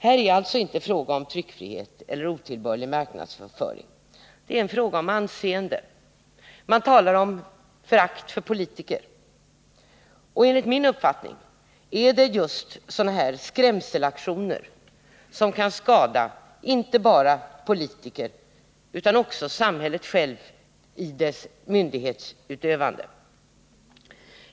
Här är det inte fråga om tryckfrihet eller otillbörlig marknadsföring, det är en fråga om anseende. Man talar om förakt för politiker, och enligt min uppfattning är det just sådana här skrämselaktioner som kan skada — inte bara politiker utan samhället självt i dess myndighetsutövande.